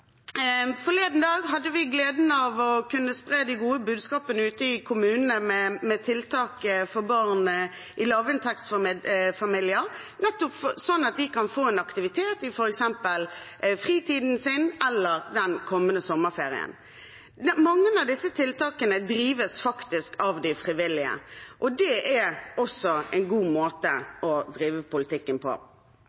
hadde vi forleden dag gleden av å kunne spre det gode budskapet ute i kommunene om tiltak for barn i lavinntektsfamilier, nettopp sånn at de kan få en aktivitet i f.eks. fritiden sin eller den kommende sommerferien. Mange av disse tiltakene drives faktisk av de frivillige, og det er også en god måte